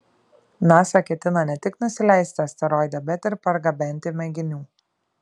nasa ketina ne tik nusileisti asteroide bet ir pargabenti mėginių